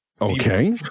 Okay